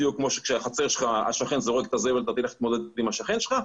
בדיוק כמו שבחצר שלך כשהשכן זורק את הזבל אתה תלך להתמודד עם השכן שלך,